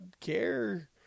care